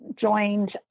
joined